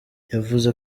yavuze